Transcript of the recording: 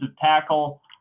tackle